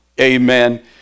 amen